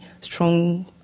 strong